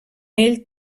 ell